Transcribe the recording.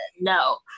no